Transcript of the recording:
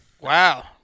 Wow